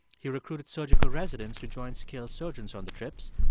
he recruited surgical residents to join skilled surgeons on the trips.